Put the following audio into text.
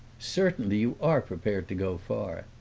certainly, you are prepared to go far!